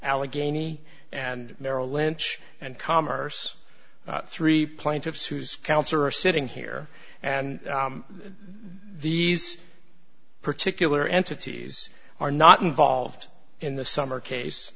allegheny and merrill lynch and commerce three plaintiffs whose counts are sitting here and these particular entities are not involved in the summer case